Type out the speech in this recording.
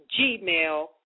gmail